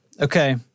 Okay